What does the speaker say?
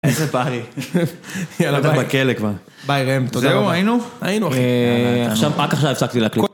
איזה פארי, יאללה ביי. בכלא כבר. ביי רם, תודה רבה. זהו היינו? היינו אחי. עכשיו, רק עכשיו הפסקתי להקליד.